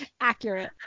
Accurate